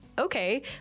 okay